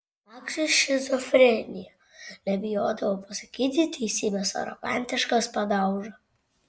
paksiui šizofrenija nebijodavo pasakyti teisybės arogantiškas padauža